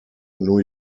new